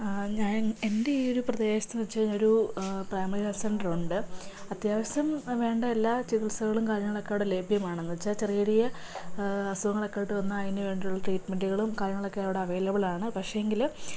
ആ ഞാൻ എൻ്റെ ഈ ഒരു പ്രദേശത്ത് എന്ന് വെച്ചു കഴിഞ്ഞാൽ ഒരു പ്രൈമറി ഹെൽത്ത് സെൻ്റർ ഉണ്ട് അത്യാവശ്യം വേണ്ട എല്ലാ ചികിത്സകളും കാര്യങ്ങളും ഒക്കെ അവിടെ ലഭ്യമാണ് എന്ന് വെച്ചാൽ ചെറിയ ചെറിയ അസുഖങ്ങളും ഒക്കെ ആയിട്ട് വന്നാ അതിനു വേണ്ടിയുള്ള ട്രീറ്റ്മെൻ്റുകളും കാര്യങ്ങളും ഒക്കെ അവിടെ അവൈലബിളാണ് പക്ഷേ എങ്കില്